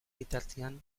bitartean